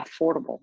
affordable